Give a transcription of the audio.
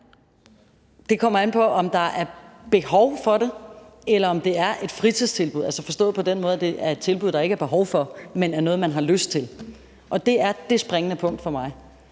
Det kommer an på, om der er behov for det, eller om det er et fritidstilbud, forstået på den måde, at det er et tilbud, der ikke er behov for, men som er noget, man har lyst til. Det er det springende punkt for mig,